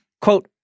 Quote